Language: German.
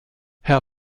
herr